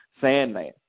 Sandman